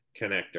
connector